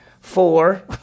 Four